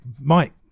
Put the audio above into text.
mike